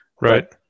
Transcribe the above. right